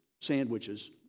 sandwiches